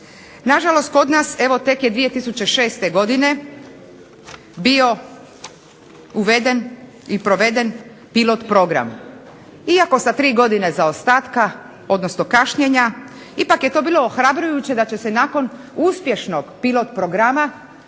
Na žalost kod nas evo tek je 2006. godine bio uveden i proveden pilot program. Iako sa 3 godine zaostatka, odnosno kašnjenja ipak je to bilo ohrabrujuće da će se nakon uspješnog pilot programa